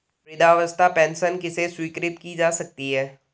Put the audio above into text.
वृद्धावस्था पेंशन किसे स्वीकृत की जा सकती है?